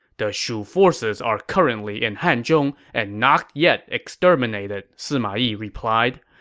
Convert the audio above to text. the shu forces are currently in hanzhong and not yet exterminated, sima yi replied.